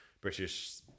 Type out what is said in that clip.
British